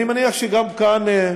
אני מניח שגם כאן,